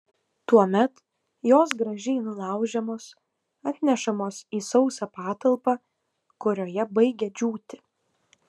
tuomet jos gražiai nulaužiamos atnešamos į sausą patalpą kurioje baigia džiūti